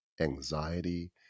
anxiety